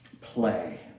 Play